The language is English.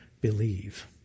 believe